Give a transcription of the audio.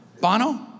Bono